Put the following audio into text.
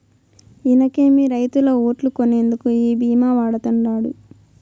ఇనకేమి, రైతుల ఓట్లు కొనేందుకు ఈ భీమా వాడతండాడు